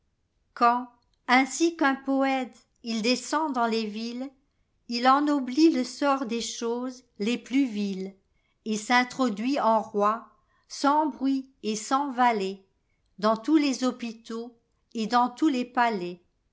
quand ainsi qu'un poëte il descend dans les villesil ennoblit le sort des choses les plus viles et s'introduit en roi sans bruit et sans valets dans tous les hôpitaux et dans tous les palais